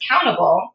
accountable